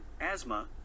asthma